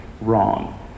wrong